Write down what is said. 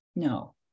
No